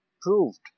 proved